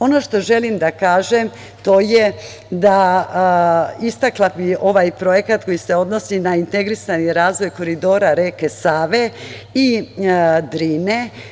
Ono što želim da kažem, to je, istakla bi ovaj projekat koji se odnosi na integrisani razvoj koridora reke Save i Drine.